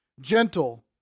gentle